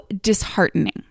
disheartening